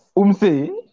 umse